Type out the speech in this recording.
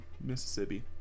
Mississippi